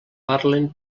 parlen